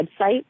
website